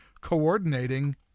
coordinating